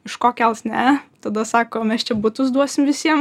iš ko kels ne tada sako mes čia butus duosim visiem